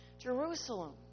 Jerusalem